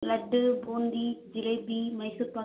laddu boondi jalebi Mysore pak